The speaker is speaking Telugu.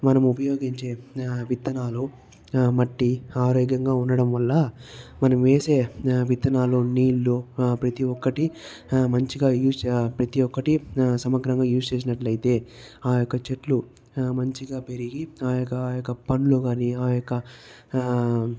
మనము ఉపయోగించే విత్తనాలు మట్టి ఆరోగ్యంగా ఉండడం వల్ల మనం వేసే విత్తనాలు నీళ్ళు ఆ ప్రతి ఒక్కటి మంచిగా యూజ్ ప్రతి ఒక్కటి సమగ్రంగా యూజ్ చేసినట్లయితే ఆ యొక్క చెట్లు మంచిగా పెరిగి ఆ యొక్క ఆ యొక్క పండ్లు కానీ ఆ యొక్క